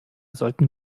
sollten